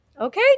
okay